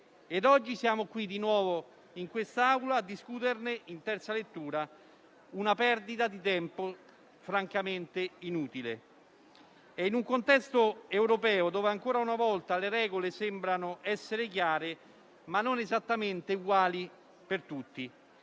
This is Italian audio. oggi siamo qui di nuovo, in quest'Aula, a discuterne in terza lettura, una perdita di tempo francamente inutile in un contesto europeo dove, ancora una volta, le regole sembrano essere chiare ma non esattamente uguali per tutti.